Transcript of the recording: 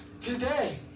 today